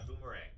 boomerang